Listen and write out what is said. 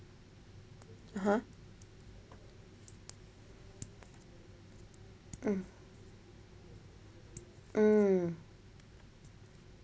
(uh huh) mm mm